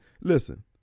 listen